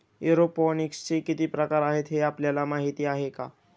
एरोपोनिक्सचे किती प्रकार आहेत, हे आपल्याला माहित आहे का?